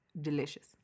delicious